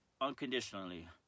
unconditionally